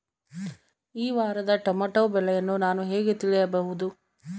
ಈ ವಾರದ ಟೊಮೆಟೊ ಬೆಲೆಯನ್ನು ನಾನು ಹೇಗೆ ತಿಳಿಯಬಹುದು?